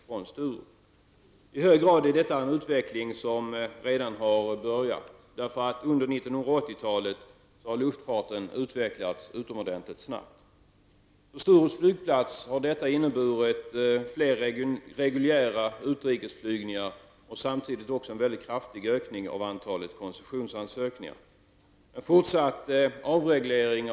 Från Sturups flygplats går nu utrikes flygningar till allt fler destinationer. Samtidigt ökar antalet koncessionsansökningar för sådana flyglinjer.